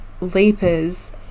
leapers